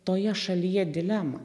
toje šalyje dilemą